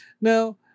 Now